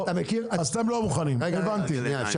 אתם לא מוכנים, הבנתי.